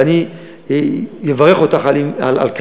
ואני אברך אותך על כך,